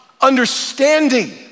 understanding